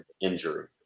injury